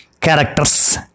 characters